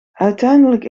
uiteindelijk